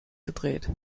gedreht